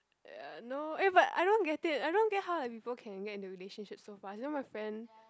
ya no eh but I don't get it I don't get how like people can get into relationship so fast you know my friend